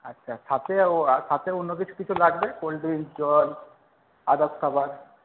আচ্ছা সাথে আর সাথে অন্য কিছু কিছু লাগবে কোল্ড ড্রিংকস জল আদার্স খাবার